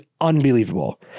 unbelievable